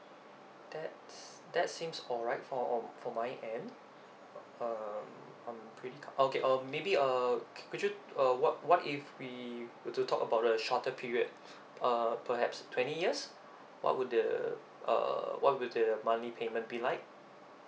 that's that seems alright for for my end um um pretty uh okay uh maybe uh could you uh what what if we were to talk about a shorter period uh perhaps twenty years what would the uh what will the monthly payment be like